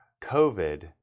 COVID